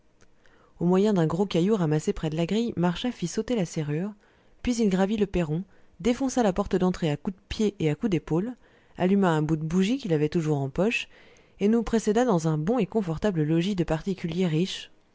au moyen d'un gros caillou ramassé près de la grille marchas fit sauter la serrure puis il gravit le perron défonça la porte d'entrée à coups de pied et à coups d'épaule alluma un bout de bougie qu'il avait toujours en poche et nous précéda dans un bon et confortable logis de particulier riche